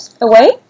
away